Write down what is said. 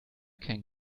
can